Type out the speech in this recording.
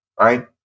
Right